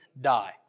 die